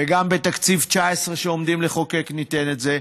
וגם בתקציב 2019 שעומדים לחוקק ניתן את זה,